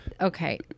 Okay